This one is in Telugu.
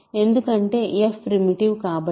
ఎందుకంటే f ప్రిమిటివ్ కాబట్టి